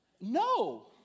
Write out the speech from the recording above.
no